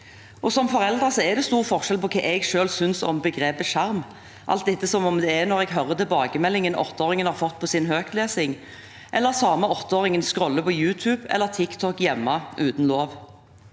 Som forelder er det stor forskjell på hva jeg selv synes om begrepet «skjerm», alt ettersom jeg hører tilbakemeldingen åtteåringen har fått på sin høytlesing, eller den samme åtteåringen scroller på YouTube eller TikTok hjemme, uten lov.